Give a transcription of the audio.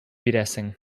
бирәсең